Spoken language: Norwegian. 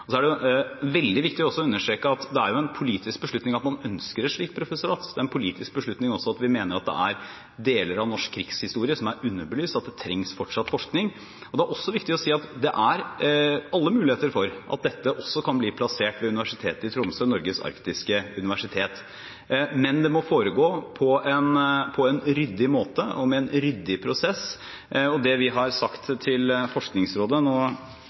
beslutning. Så er det veldig viktig også å understreke at det er en politisk beslutning at man ønsker et slikt professorat. Det er en politisk beslutning også at vi mener at det er deler av norsk krigshistorie som er underbelyst, at det trengs fortsatt forskning. Det er også viktig å si at det er alle muligheter for at dette kan bli plassert ved Universitetet i Tromsø – Norges arktiske universitet, men det må foregå på en ryddig måte og med en ryddig prosess. Det vi har sagt til Forskningsrådet